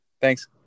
Thanks